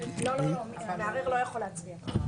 לא, לא, המערער לא יכול להצביע.